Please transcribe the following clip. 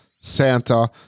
Santa